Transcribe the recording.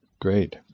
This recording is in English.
Great